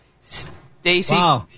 Stacy